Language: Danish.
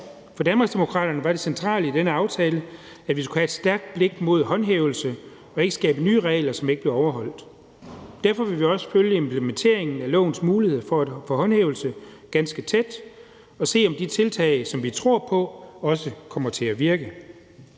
For Danmarksdemokraterne var det centrale i denne aftale, at vi skulle have et stærkt blik mod håndhævelse og ikke skabe nye regler, som ikke blev overholdt. Derfor vil vi også følge implementeringen af lovens muligheder for håndhævelse ganske tæt og se, om de tiltag, som vi tror på, også kommer til at virke.